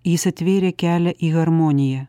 jis atvėrė kelią į harmoniją